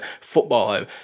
football